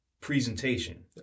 presentation